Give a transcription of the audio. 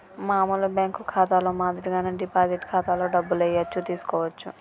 మామూలు బ్యేంకు ఖాతాలో మాదిరిగానే డిపాజిట్ ఖాతాలో డబ్బులు ఏయచ్చు తీసుకోవచ్చు